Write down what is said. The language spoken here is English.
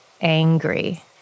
angry